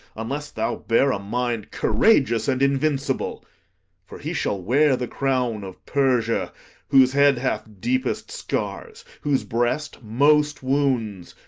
unless thou bear a mind courageous and invincible for he shall wear the crown of persia whose head hath deepest scars, whose breast most wounds,